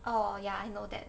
oh ya I know that